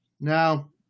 now